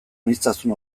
aniztasun